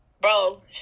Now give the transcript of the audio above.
Bro